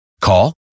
Call